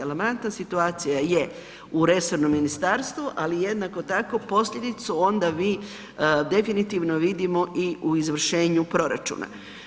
Alarmantna situacija je u resornom ministarstvu, ali jednako tako posljedicu onda mi definitivno vidimo i u izvršenju proračuna.